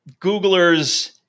Googlers